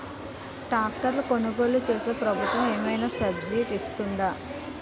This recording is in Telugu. ట్రాక్టర్ కొనుగోలు చేస్తే ప్రభుత్వం ఏమైనా సబ్సిడీ ఇస్తుందా?